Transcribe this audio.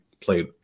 played